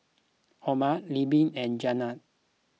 Oma Leila and Janiah